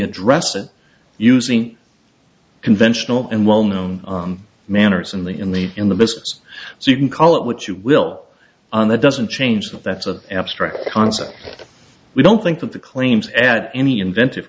address it using conventional and well known manners in the in the in the midst so you can call it what you will on that doesn't change that that's an abstract concept that we don't think that the claims at any inventive